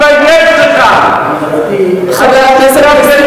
תתבייש לך, נבל.